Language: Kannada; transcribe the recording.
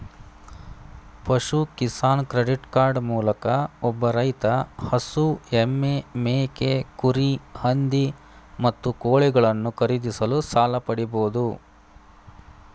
ಪಶು ಕಿಸಾನ್ ಕ್ರೆಡಿಟ್ ಕಾರ್ಡ್ ಮೂಲಕ ಒಬ್ಬ ರೈತ ಹಸು ಎಮ್ಮೆ ಮೇಕೆ ಕುರಿ ಹಂದಿ ಮತ್ತು ಕೋಳಿಗಳನ್ನು ಖರೀದಿಸಲು ಸಾಲ ಪಡಿಬೋದು